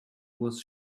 was